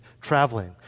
traveling